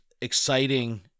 exciting